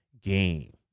game